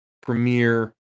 premiere